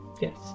Yes